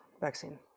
vaccine